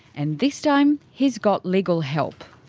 and this time, he's got legal help.